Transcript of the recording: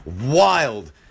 wild